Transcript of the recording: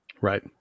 Right